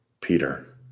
Peter